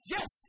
Yes